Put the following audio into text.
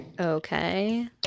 okay